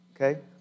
okay